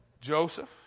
Joseph